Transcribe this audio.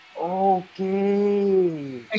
Okay